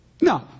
No